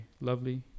lovely